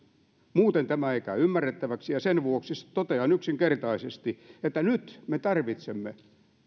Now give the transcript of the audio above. muuten tämä ei käy ymmärrettäväksi ja sen vuoksi totean yksinkertaisesti että nyt me tarvitsemme